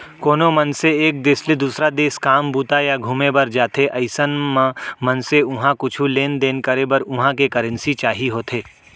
कोनो मनसे एक देस ले दुसर देस काम बूता या घुमे बर जाथे अइसन म मनसे उहाँ कुछु लेन देन करे बर उहां के करेंसी चाही होथे